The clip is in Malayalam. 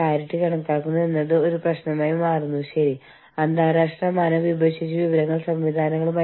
ഈ കാര്യങ്ങൾ ആരാണ് പരിപാലിക്കുന്നത് എന്നിവ വിവിധ രാജ്യങ്ങളിൽ പ്രവർത്തിക്കുന്ന എച്ച്ആർ പ്രൊഫഷണലുകൾ കൈകാര്യം ചെയ്യേണ്ട മറ്റൊരു വെല്ലുവിളിയാണ്